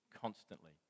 constantly